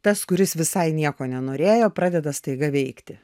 tas kuris visai nieko nenorėjo pradeda staiga veikti